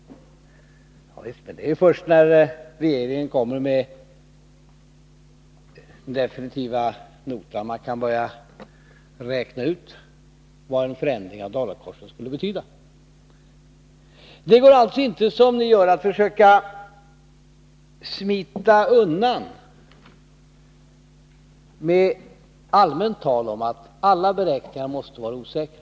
Ja, visst, men det är först när regeringen kommer med den definitiva notan som man kan börja räkna ut vad en förändring av dollarkursen skulle betyda. Det går inte att, som ni gör, försöka smita undan med allmänt tal om att alla beräkningar måste vara osäkra.